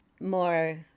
more